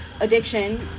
addiction